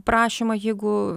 prašymą jeigu